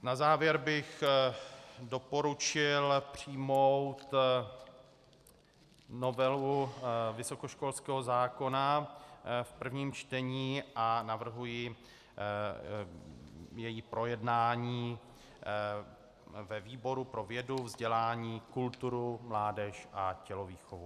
Na závěr bych doporučil přijmout novelu vysokoškolského zákona v prvním čtení a navrhuji její projednání ve výboru pro vědu, vzdělání, kulturu, mládež a tělovýchovu.